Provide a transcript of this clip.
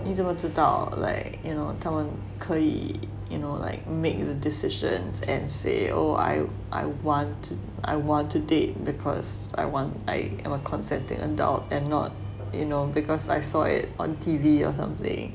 你怎么知道 like you know 他们可以 you know like make the decisions and say oh I I want I want to date because I want I am a consenting adult and not you know because I saw it on T_V or something